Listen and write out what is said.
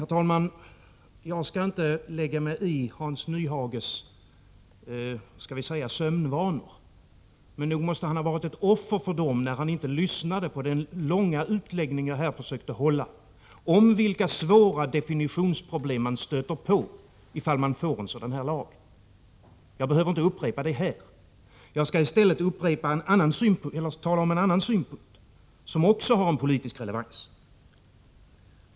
Herr talman! Jag skall inte lägga mig i Hans Nyhages skall vi säga sömnvanor, men nog måste han ha varit ett offer för dem när han inte lyssnade på den långa utläggning jag gjorde om vilka svåra definitionsproblem man stöter på ifall man får en sådan här lag. Jag behöver inte upprepa vad jag sade. Jag skall i stället tala om en annan synpunkt som också har en politisk relevans.